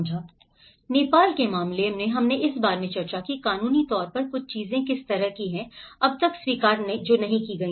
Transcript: और नेपाल के मामले में हमने इस बारे में भी चर्चा की कि कानूनी तौर पर कुछ चीजें किस तरह की हैं अब तक स्वीकार नहीं किया गया है